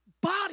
body